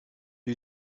you